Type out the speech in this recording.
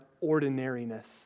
ordinariness